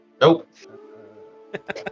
Nope